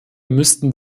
müssten